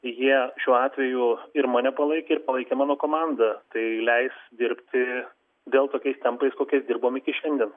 jie šiuo atveju ir mane palaikė ir palaikė mano komandą tai leis dirbti vėl tokiais tempais kokiais dirbom iki šiandien